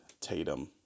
Tatum